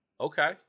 Okay